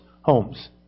homes